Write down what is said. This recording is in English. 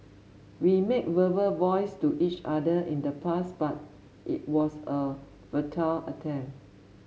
we made verbal vows to each other in the past but it was a futile attempt